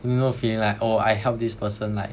you know feeling like oh I help this person like